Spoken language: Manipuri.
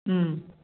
ꯎꯝ